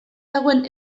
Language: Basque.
dagoen